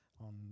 on